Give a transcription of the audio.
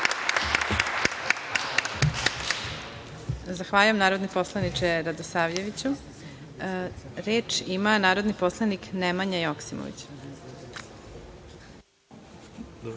Zahvaljujem, narodni poslaniče Radosavljeviću. Reč ima narodni poslanik Nemanja Joksimović.